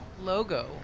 Logo